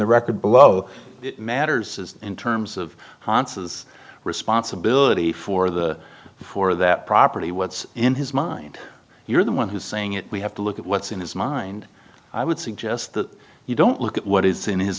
the record below it matters in terms of hans's responsibility for the for that property what's in his mind you're the one who's saying it we have to look at what's in his mind i would suggest that you don't look at what is in his